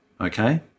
okay